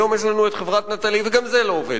היום יש לנו את חברת "נטלי", וגם זה לא עובד.